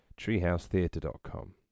TreehouseTheatre.com